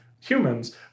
humans